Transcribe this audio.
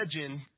legend